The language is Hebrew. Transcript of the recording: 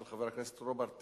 של חבר הכנסת רוברט טיבייב,